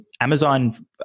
Amazon